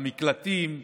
למקלטים,